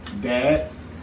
dads